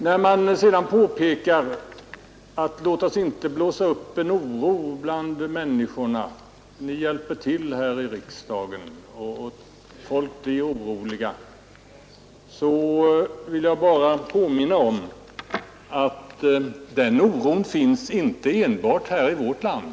När det sedan framhålles att vi inte skall blåsa upp en oro bland människorna och att vi här i riksdagen bidrar till att folk blir oroliga vill jag bara påminna om att den oron finns inte enbart här i vårt land.